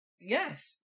Yes